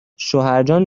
شوهرجان